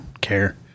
care